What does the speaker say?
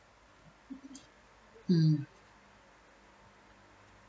mm